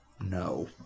no